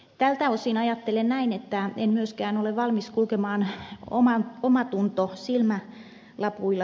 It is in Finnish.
tältä osin ajattelen näin että en myöskään ole valmis kulkemaan omatunto silmälapuilla sidottuna